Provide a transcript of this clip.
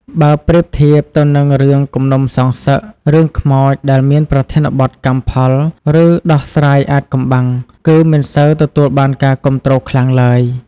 បើប្រៀបធៀបទៅនឹងរឿងគំនុំសងសឹក រឿងខ្មោចដែលមានប្រធានបទ កម្មផល ឬដោះស្រាយអាថ៌កំបាំង គឺមិនសូវទទួលបានការគាំទ្រខ្លាំងឡើយ។